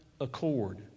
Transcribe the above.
accord